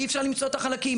אי אפשר למצוא את החלקים.